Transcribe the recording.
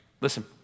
Listen